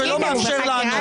ולא מאפשר לענות.